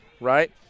right